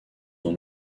dans